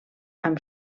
amb